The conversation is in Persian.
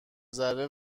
ذره